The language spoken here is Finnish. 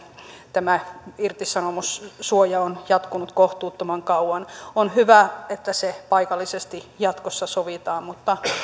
tämä irtisanomissuoja on jatkunut kohtuuttoman kauan on hyvä että se paikallisesti jatkossa sovitaan mutta